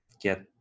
get